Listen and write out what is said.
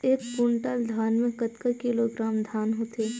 एक कुंटल धान में कतका किलोग्राम धान होथे?